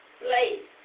place